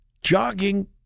Jogging